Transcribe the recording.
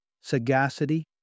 sagacity